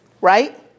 Right